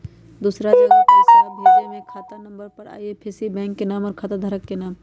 दूसरा जगह पईसा भेजे में खाता नं, आई.एफ.एस.सी, बैंक के नाम, और खाता धारक के नाम?